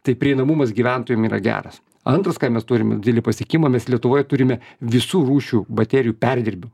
tai prieinamumas gyventojam yra geras antras ką mes turim dilį pasiekimą mes lietuvoj turime visų rūšių baterijų perdirbimą